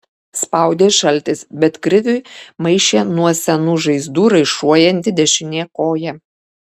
spaudė šaltis bet kriviui maišė nuo senų žaizdų raišuojanti dešinė koja